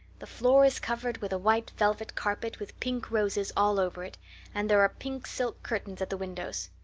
the floor is covered with a white velvet carpet with pink roses all over it and there are pink silk curtains at the windows.